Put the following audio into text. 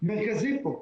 מרכזי פה.